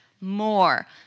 more